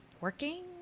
working